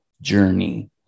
journey